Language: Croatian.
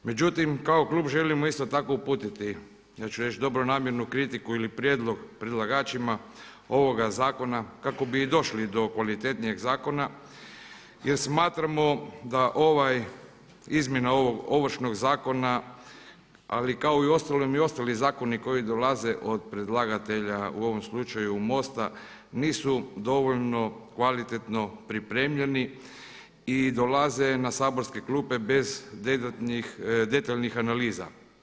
Međutim, kao klub želimo isto tako uputiti, ja ću reći dobronamjernu kritiku ili prijedlog predlagačima ovoga zakona kako bi i došli do kvalitetnijeg zakona, jer smatramo da ovaj, izmjena ovog Ovršnog zakona, ali kao i uostalom i ostali zakoni koji dolaze od predlagatelja u ovom slučaju MOST-a nisu dovoljno kvalitetno pripremljeni i dolaze na saborske klupe bez detaljnih analiza.